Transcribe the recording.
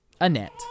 Annette